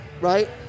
Right